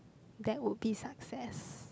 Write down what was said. that would be success